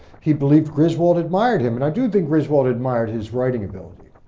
he believed griswold admired him and i do think griswold admired his writing ability.